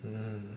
mm